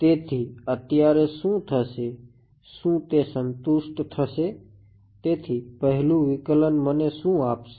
તેથી અત્યારે શું થશે શું તે સંતુષ્ટ મને શું આપશે